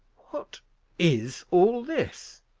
what is all this?